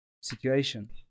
situation